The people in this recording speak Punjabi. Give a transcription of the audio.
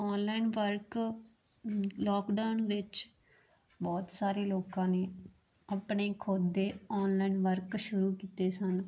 ਆਨਲਾਈਨ ਵਰਕ ਲਾਕਡਾਊਨ ਵਿੱਚ ਬਹੁਤ ਸਾਰੇ ਲੋਕਾਂ ਨੇ ਆਪਣੇ ਖੁਦ ਦੇ ਆਨਲਾਈਨ ਵਰਕ ਸ਼ੁਰੂ ਕੀਤੇ ਸਨ